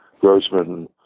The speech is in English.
Grossman